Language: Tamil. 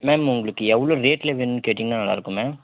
மேம் உங்களுக்கு எவ்வளோ ரேட்டில் வேணும்ன்னு கேட்டிங்கன்னா நல்லா இருக்கும் மேம்